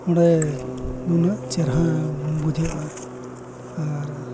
ᱚᱸᱰᱮ ᱱᱩᱱᱟᱹᱜ ᱪᱮᱦᱨᱟ ᱵᱩᱡᱷᱟᱹᱜᱼᱟ ᱟᱨ